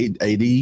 AD